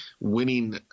winning